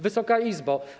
Wysoka Izbo!